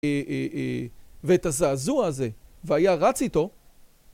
‫ואת הזעזוע הזה, ‫והיה רץ איתו.